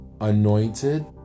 anointed